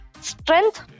strength